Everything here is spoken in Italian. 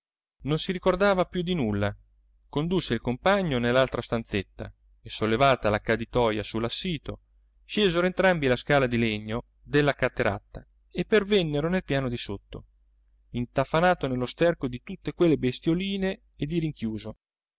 non si ricordava più di nulla condusse il compagno nell'altra stanzetta e sollevata la caditoja su l'assito scesero entrambi la scala di legno della cateratta e pervennero nel piano di sotto intanfato dello sterco di tutte quelle bestioline e di rinchiuso